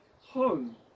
home